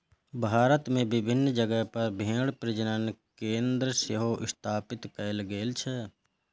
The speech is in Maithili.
भारत मे विभिन्न जगह पर भेड़ प्रजनन केंद्र सेहो स्थापित कैल गेल छै